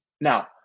Now